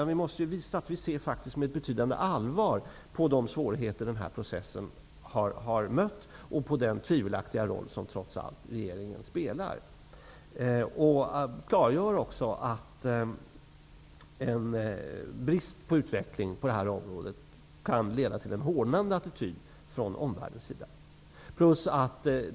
Vi måste visa att vi ser med betydande allvar på de svårigheter den här processen har mött och på den tvivelaktiga roll som regeringen trots allt spelar. Vi måste klargöra att en brist på utveckling på det här området kan leda till en hårdnande attityd från omvärlden.